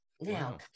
Now